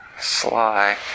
Sly